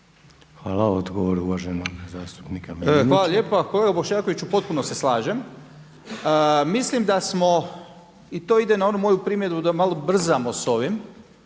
Miljenića. **Miljenić, Orsat (SDP)** Hvala lijepa. Kolega Bošnjakoviću, potpuno se slažem, mislim da smo i to ide na onu moju primjedbu da malo brzamo sa ovim